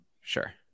sure